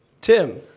Tim